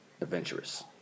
Adventurous